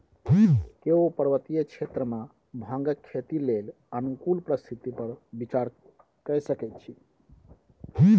केओ पर्वतीय क्षेत्र मे भांगक खेती लेल अनुकूल परिस्थिति पर विचार कए सकै छै